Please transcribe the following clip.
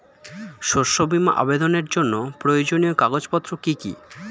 শস্য বীমা আবেদনের জন্য প্রয়োজনীয় কাগজপত্র কি কি?